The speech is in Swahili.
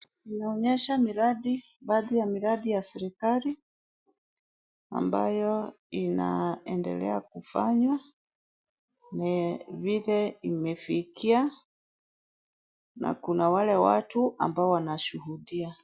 Inaonyesha miradi baadhi miradi ya serikali ambayo inaendelea na vile imefikia ,na kuna wale watu ambayo wanashuhudia .